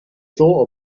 thought